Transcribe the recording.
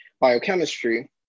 biochemistry